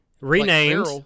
Renamed